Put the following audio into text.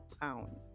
pound